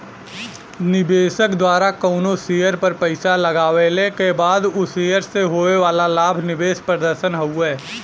निवेशक द्वारा कउनो शेयर पर पैसा लगवले क बाद उ शेयर से होये वाला लाभ निवेश प्रदर्शन हउवे